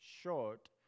short